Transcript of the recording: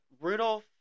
Rudolph